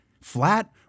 Flat